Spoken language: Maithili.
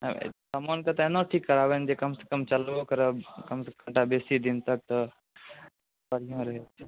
सामानके तऽ एना ठीक करेबै कि कमसँ कम चलबो करब कनिटा बेसी दिन तक तऽ बढ़िआँ रहतै